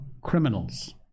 criminals